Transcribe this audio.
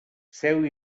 seu